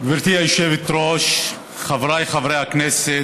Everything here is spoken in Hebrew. גברתי היושבת-ראש, חבריי חברי הכנסת,